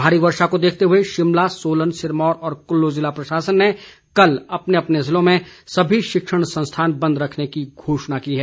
भारी वर्षा को देखते हुए शिमला सोलन सिरमौर और कुल्लू ज़िला प्रशासन ने कल अपने अपने ज़िलों में सभी शिक्षण संस्थान बंद रखने की घोषणा की है